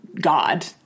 god